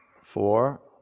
four